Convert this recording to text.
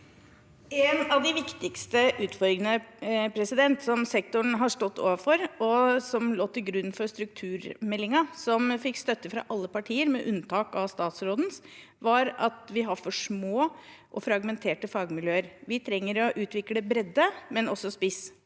En av de viktigste utfordringene som sektoren har stått overfor, og som lå til grunn for strukturmeldingen, som fikk støtte fra alle partier med unntak av statsrådens, var at vi har for små og fragmenterte fagmiljøer. Vi trenger å utvikle bredde, men også spiss.